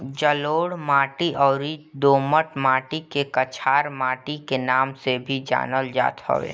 जलोढ़ माटी अउरी दोमट माटी के कछार माटी के नाम से भी जानल जात हवे